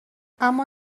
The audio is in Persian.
اما